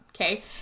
Okay